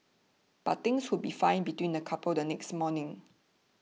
but things would be fine between the couple the next morning